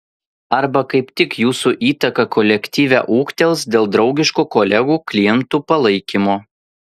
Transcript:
arba kaip tik jūsų įtaka kolektyve ūgtels dėl draugiško kolegų klientų palaikymo